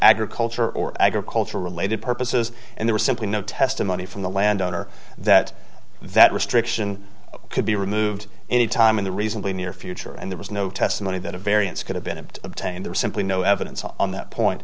agriculture or agriculture related purposes and there is simply no testimony from the landowner that that restriction could be removed any time in the reasonably near future and there was no testimony that a variance could have been obtained there is simply no evidence on that point